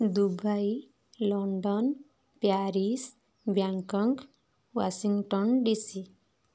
Dubai London Paris Bangkok Washington DC